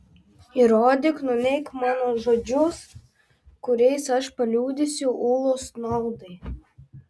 įrodyk nuneik mano žodžius kuriais aš paliudysiu ulos naudai